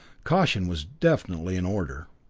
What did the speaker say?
caution was definitely in order.